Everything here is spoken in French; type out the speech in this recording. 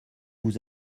vous